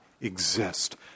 exist